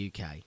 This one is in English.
UK